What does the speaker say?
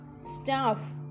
staff